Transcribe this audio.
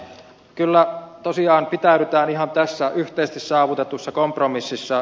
kyllä tosiaan pitäydytään ihan tässä yhteisesti saavutetussa kompromississa